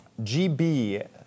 GB